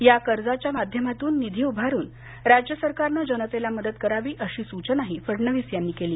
या कर्जाच्या माध्यमातून निधी उभारून राज्य सरकारनं जनतेला मदत करावी अशी सूचनाही फडणवीस यांनी केली